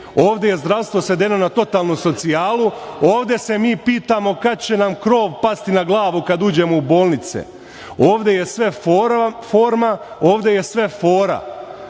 Ovde je zdravstvo svedeno na totalnu socijalu. Ovde se mi pitamo kada će nam krov pasti na glavu kada uđemo u bolnice. Ovde je sve forma, ovde je sve fora. Ovde